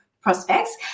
prospects